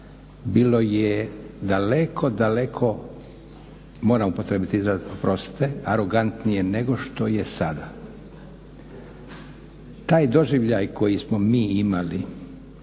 bilo je daleko, daleko, moram upotrijebiti izraz oprostite arogantnije nego što je sada. Taj doživljavaj koji smo mi imali,